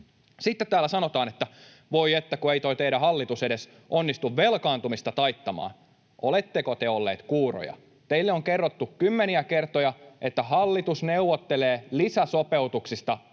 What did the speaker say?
Sitten täällä sanotaan, että voi, kun ei tuo teidän hallituksenne edes onnistu velkaantumista taittamaan. Oletteko te olleet kuuroja? Teille on kerrottu kymmeniä kertoja, että hallitus neuvottelee lisäsopeutuksista